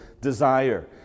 desire